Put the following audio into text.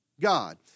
God